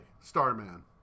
Starman